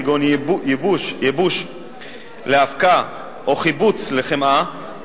כגון ייבוש לאבקה או חיבוץ לחמאה,